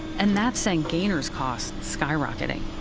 and that sent gaynor's costs skyrocketing.